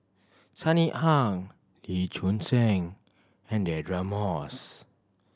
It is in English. Sunny Ang Lee Choon Seng and Deirdre Moss